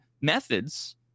methods